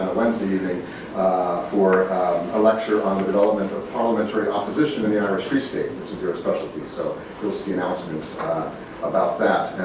wednesday evening for a lecture on development of parliamentary opposition in the irish free state, which is your specialty so you'll see announcements about that.